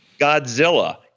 Godzilla